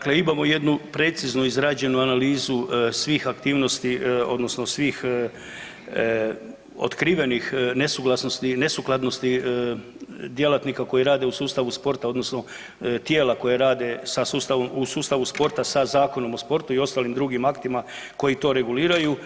Dakle, imamo jednu preciznu izrađenu analizu svih aktivnosti, odnosno svih otkrivenih nesukladnosti djelatnika koji rade u sustavu sporta, odnosno tijela koja rade u sustavu sporta sa Zakonom o sportu i ostalim drugim aktima koji to reguliraju,